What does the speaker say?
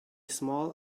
small